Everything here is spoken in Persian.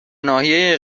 ناحیه